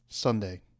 Sunday